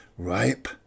Ripe